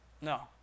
No